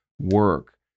work